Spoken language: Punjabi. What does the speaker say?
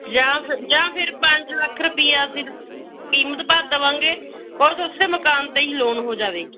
ਜਾਂ ਫਿ ਜਾਂ ਫਿਰ ਪੰਜ ਲੱਖ ਰੁਪਈਆ ਅਸੀਂ ਕੀਮਤ ਭਰ ਦੇਵਾਂਗੇ ਖੁਦ ਉਸ ਮਕਾਨ 'ਤੇ ਹੀ ਲੋਨ ਹੋ ਜਾਵੇ